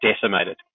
decimated